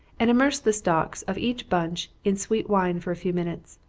and immerse the stalks of each bunch in sweet wine for a few minutes.